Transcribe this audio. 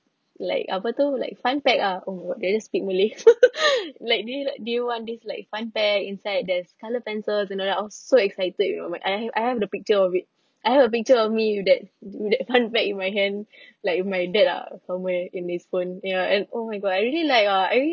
like ape tu like funpack ah oh did I speak malay like do you like do you want this like funpack inside there's color pencils and all that I was so excited you know my I have I have the picture of it I have a picture of me with that with that funpack in my hand like with my dad ah somewhere in his phone ya and oh my god I really like ah I really